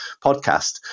podcast